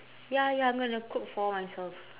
ya ya I'm gonna cook for myself